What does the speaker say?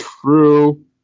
True